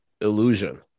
illusion